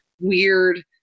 weird